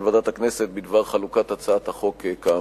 ועדת הכנסת בדבר חלוקת הצעת החוק כאמור.